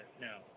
no